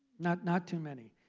not not too many.